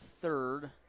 third